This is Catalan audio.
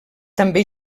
també